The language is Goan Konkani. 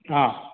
आं